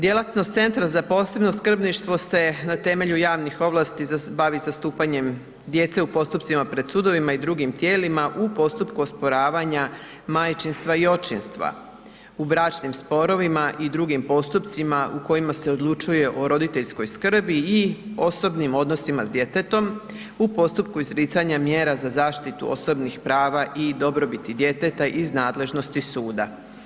Djelatnost Centra za posebno skrbništvo se na temelju javnih ovlasti bavi zastupanjem djece u postupcima pred sudovima i drugim tijelima u postupku osporavanja majčinstva i očinstva, u bračnim sporovima i drugim postupcima u kojima se odlučuje o roditeljskoj skrbi i osobnim odnosima s djetetom, u postupku izricanja mjera za zaštitu osobnih prava i dobrobiti djeteta iz nadležnosti suda.